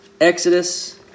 Exodus